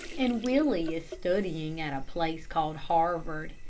and willie is studying at a place called harvard.